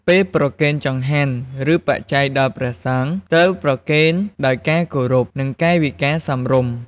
ពេលប្រគេនចង្ហាន់ ឬបច្ច័យដល់ព្រះសង្ឃ ត្រូវប្រគេនដោយការគោរព និងកាយវិការសមរម្យ។